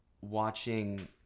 Watching